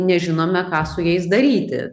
nežinome ką su jais daryti